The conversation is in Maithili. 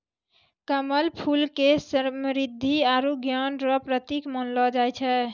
कमल फूल के समृद्धि आरु ज्ञान रो प्रतिक मानलो जाय छै